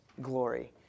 glory